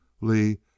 Lee